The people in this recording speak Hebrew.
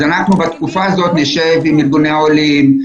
בתקופה הזאת נשב עם ארגוני העולים,